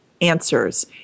answers